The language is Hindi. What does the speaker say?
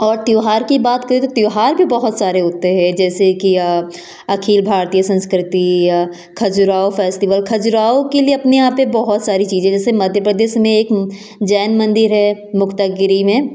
और त्योहार की बात करें तो त्योहार भी बहुत सारे होते हैं जैसे कि अखिल भारतीय संस्कृति खज़ुराहो फेस्टिवल खज़ुराहो के लिए अपने यहाँ पे बहुत सारी चीज़ें जैसे मध्य प्रदेश में एक जैन मंदिर है मुक्तागिरी में